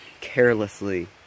carelessly